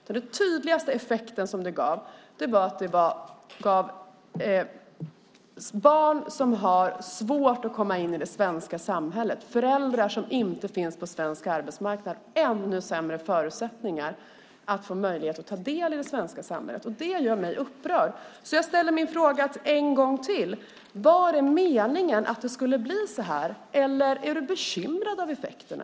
Men den tydligaste effekten är att barn som har svårt att komma in i det svenska samhället och föräldrar som inte finns på svensk arbetsmarknad får ännu sämre förutsättningar att ta del av det svenska samhället, och det gör mig upprörd. Jag ställer därför min fråga en gång till: Var det meningen att det skulle bli så här eller är du bekymrad av effekterna?